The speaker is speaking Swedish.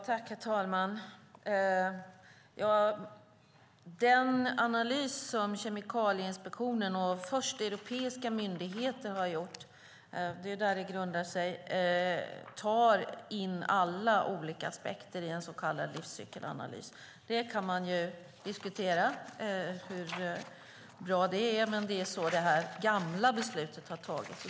Herr talman! Den analys som först europeiska myndigheter och sedan Kemikalieinspektionen har gjort tar in alla olika aspekter i en så kallad livscykelanalys. Man kan diskutera hur bra det är, men det är så det gamla beslutet har fattats.